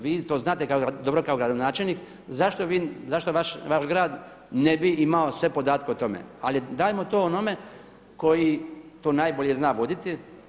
Vi to znate dobro kao gradonačelnik zašto vaš grad ne bi imao sve podatke o tome, ali dajmo to onome koji to najbolje zna voditi.